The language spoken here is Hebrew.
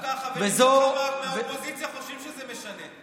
דווקא החברים שלך מהאופוזיציה חושבים שזה משנה.